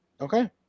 okay